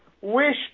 wish